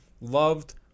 loved